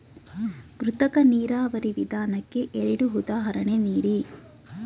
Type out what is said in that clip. ಕೃತಕ ನೀರಾವರಿ ವಿಧಾನಕ್ಕೆ ಎರಡು ಉದಾಹರಣೆ ನೀಡಿ?